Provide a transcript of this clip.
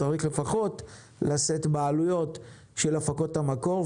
צריך לפחות לשאת בעלויות של הפקות המקור.